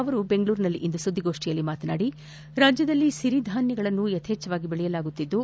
ಅವರು ಬೆಂಗಳೂರಿನಲ್ಲಿಂದು ಸುದ್ದಿಗೋಷ್ಠಿಯಲ್ಲಿ ಮಾತನಾಡಿ ರಾಜ್ಯದಲ್ಲಿ ಒರಿಧಾನ್ಯಗಳನ್ನು ಯಥೇಚ್ವವಾಗಿ ಬೆಳೆಯಲಾಗುತ್ತಿದ್ದು